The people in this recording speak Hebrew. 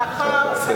אני